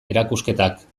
erakusketak